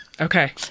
Okay